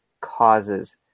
causes